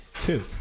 Two